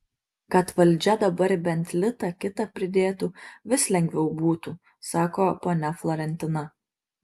kad valdžia dabar bent litą kitą pridėtų vis lengviau būtų sako ponia florentina